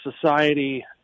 society